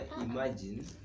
imagine